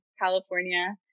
California